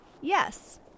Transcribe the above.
Yes